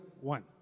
One